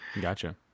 Gotcha